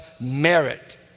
merit